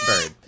bird